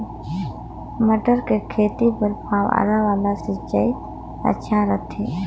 मटर के खेती बर फव्वारा वाला सिंचाई अच्छा रथे?